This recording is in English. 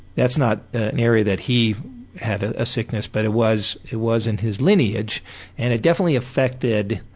that's not an area that he had a sickness but it was it was in his lineage and it definitely affected